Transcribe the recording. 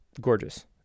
Gorgeous